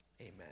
Amen